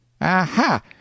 Aha